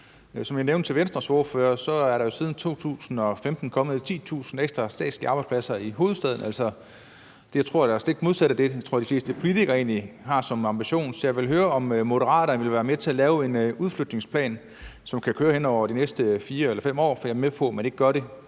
Som jeg nævnte over for Venstres ordfører, er der siden 2015 kommet 10.000 ekstra statslige arbejdspladser i hovedstaden, altså stik modsat det, jeg tror de fleste politikere har som ambition. Så jeg vil høre, om Moderaterne vil være med til at lave en udflytningsplan, som kan køre hen over de næste 4 eller 5 år, for jeg er med på, at man ikke gør det